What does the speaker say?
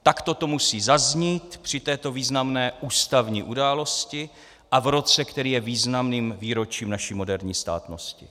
Takto to musí zaznít při této významné ústavní události a v roce, který je významným výročím naší moderní státnosti.